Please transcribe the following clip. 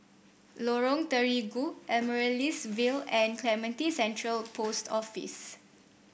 Lorong Terigu Amaryllis Ville and Clementi Central Post Office